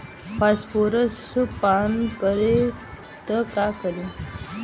Phosphorus पान करी त का करी?